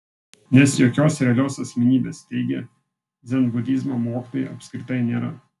nes jokios realios asmenybės teigia dzenbudizmo mokytojai apskritai nėra